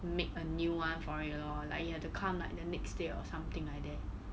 make a new [one] for it lor like you have to come like the next day or something like that